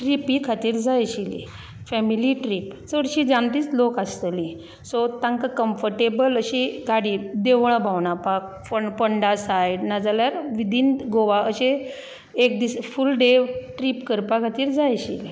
trippy खातीर जाय आशिल्ली फॅमिली ट्रीप चडशीं जाण्टींच लोक आसतलीं सो तांकां कम्फटेबल अशी गाडी देवळां भोंवडावपाक फोंडा सायड नाजाल्यार विदीन गोवा अशे एक दीस फूल डे ट्रीप करपा खातीर जाय आशिल्ली